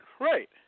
right